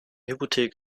hypothek